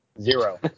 Zero